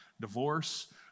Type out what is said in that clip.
divorce